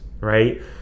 right